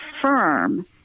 firm